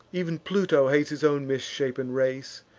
ev'n pluto hates his own misshapen race